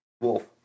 Wolf